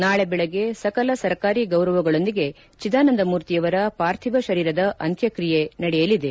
ನಾಳೆಬೆಳಗ್ಗೆ ಸಕಲ ಸರ್ಕಾರಿ ಗೌರವಗಳೊಂದಿಗೆ ಚಿದಾನಂದಮೂರ್ತಿಯವರ ಪಾರ್ಥಿವ ಶರೀರದ ಅಂತ್ಯಕ್ತಿಯೆ ನಡೆಯಲಿದೆ